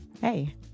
Hey